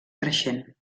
creixent